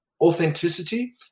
authenticity